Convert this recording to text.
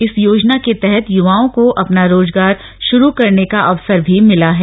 इस योजना के तहत यूवाओं को अपना रोजगार शुरू करने का अवसर भी मिला है